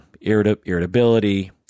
irritability